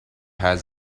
has